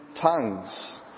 tongues